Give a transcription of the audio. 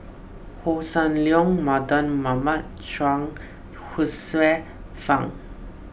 Hossan Leong Mardan Mamat Chuang Hsueh Fang